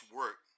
work